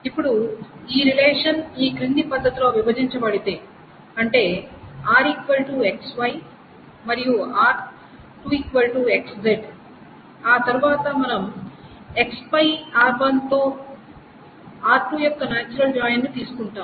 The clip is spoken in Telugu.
ఇప్పుడు ఈ రిలేషన్ ఈ క్రింది పద్ధతిలో విభజించబడితే అంటే R1 X Y మరియు R2 X Z ఆ తరువాత మనం X పై R1 తో R2 యొక్క నాచురల్ జాయిన్ను తీసుకుంటాము